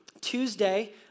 Tuesday